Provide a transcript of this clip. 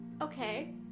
Okay